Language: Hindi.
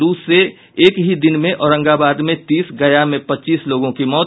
लू से एक ही दिन में औरंगाबाद में तीस गया में पच्चीस लोगों की मौत